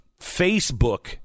Facebook